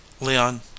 leon